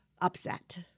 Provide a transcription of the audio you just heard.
upset